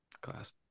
Class